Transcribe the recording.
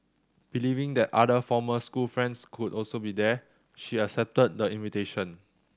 believing that other former school friends could also be there she accepted the invitation